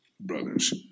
brothers